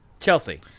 Chelsea